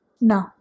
No